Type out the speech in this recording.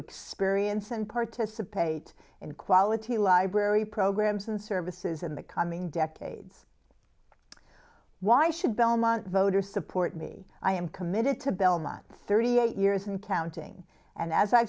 experience and participate in quality library programs and services in the coming decades why should belmont voters support me i am committed to belmont thirty eight years and counting and as i